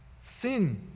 Sin